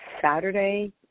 Saturday